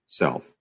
self